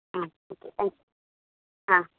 ம் okay thanks ஆ